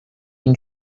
این